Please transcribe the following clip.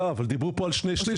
דיברו פה על שני שליש,